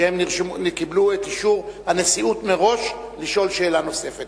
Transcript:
שקיבלו את אישור הנשיאות מראש לשאול שאלה נוספת.